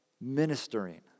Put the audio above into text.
ministering